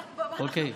אוקיי?